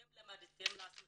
אתם למדתם לעצמכם,